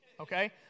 okay